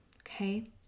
Okay